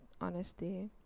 honesty